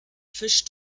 fisch